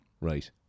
Right